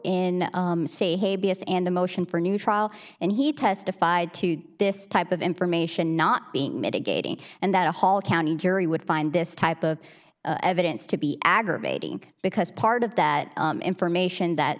s and the motion for a new trial and he testified to this type of information not being mitigating and that a hall county jury would find this type of evidence to be aggravating because part of that information that